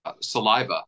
saliva